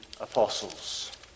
apostles